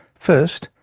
first,